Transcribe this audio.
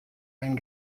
ein